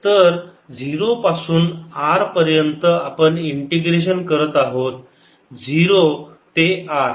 तर 0 पासून R पर्यंत आपण इंटिग्रेशन करत आहोत 0 ते R